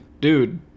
dude